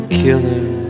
killer